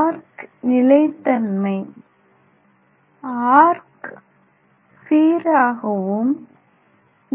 arc நிலைத்தன்மை arc சீராகவும்